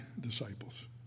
disciples